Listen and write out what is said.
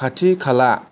खाथि खाला